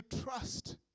trust